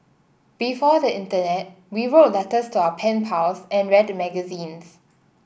before the internet we wrote letters to our pen pals and read magazines